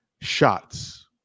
shots